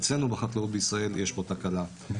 אצלנו, בחקלאות בישראל, יש פה תקלה.